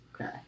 Okay